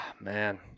man